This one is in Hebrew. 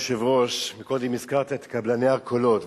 אדוני היושב-ראש, קודם הזכרת את קבלני הקולות.